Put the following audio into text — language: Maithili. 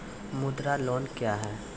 मुद्रा लोन क्या हैं?